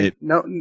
No